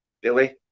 billy